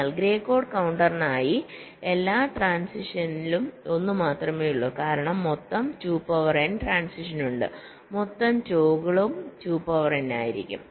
എന്നാൽ grey code കൌണ്ടറിനായി എല്ലാ ട്രാന്സിഷനിലും ഒന്നുമാത്രമേ ഉള്ളൂ കാരണം മൊത്തം2 പവർ n ട്രാന്സിഷൻ ഉണ്ട് മൊത്തം ടോഗിളുകളും2 പവർ n ആയിരിക്കും